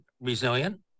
resilient